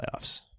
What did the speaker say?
playoffs